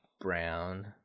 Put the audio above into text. brown